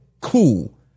cool